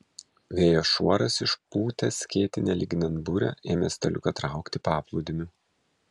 vėjo šuoras išpūtęs skėtį nelyginant burę ėmė staliuką traukti paplūdimiu